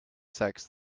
sex